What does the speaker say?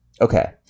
okay